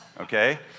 okay